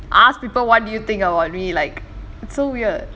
ask people what do you think about me like so weird